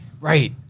Right